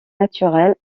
naturel